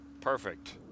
Perfect